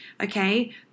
okay